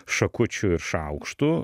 šakučių ir šaukštų